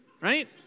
right